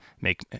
Make